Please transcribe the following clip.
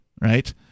Right